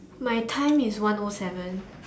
my time is one O seven